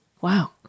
Wow